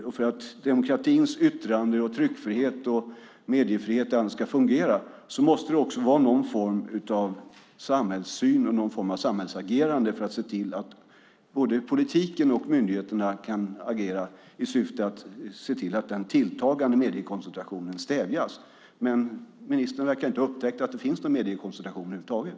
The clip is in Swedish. Och för att demokratins yttrande och tryckfrihet och mediefriheten ska fungera måste det också vara någon form av samhällssyn och någon form av samhällsagerande så att man både i politiken och i myndigheterna kan agera i syfte att stävja den tilltagande mediekoncentrationen. Men ministern verkar inte ha upptäckt att det finns någon mediekoncentration över huvud taget.